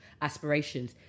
aspirations